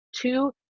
two